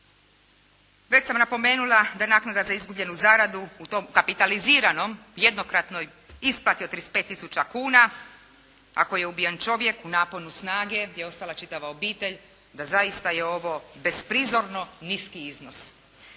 Već sam napomenula da naknada za izgubljenu zaradu u tom kapitaliziranom, jednokratnoj isplati od 35 tisuća kuna ako je ubijen čovjek u naponu snage gdje je ostala čitava obitelj da zaista je ovo besprizorno niski iznos.